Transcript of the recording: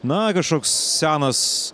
na kažkoks senas